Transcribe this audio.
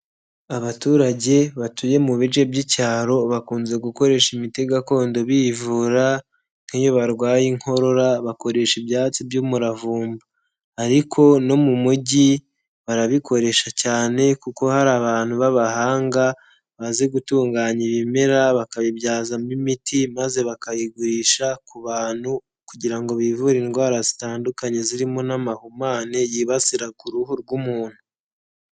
Abaturage batuye mu bice by'icyaro bakunze gukoresha imiti gakondo bivura nk'iyo barwaye inkorora bakoresha ibyatsi by'umuravumba, ariko no mu mujyi barabikoresha cyane kuko hari abantu b'abahanga bazi gutunganya ibimera bakayibyazamo imiti maze bakayigurisha ku bantu kugira ngo bivure indwara zitandukanye zirimo n'amahumane yibasira ku ruhu rw'umuntu.